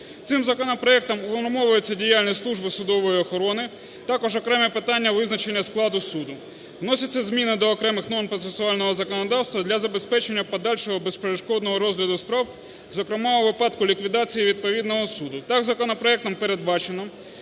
Цим законопроектом унормовується діяльність служби судової охорони, також окреме питання визначення складу суду. Вносяться зміни до окремих норм процесуального законодавства для забезпечення подальшого безперешкодного розгляду справ, зокрема у випадку ліквідації відповідного суду. Так законопроектом передбачено,